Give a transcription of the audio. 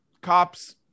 Cops